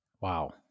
Wow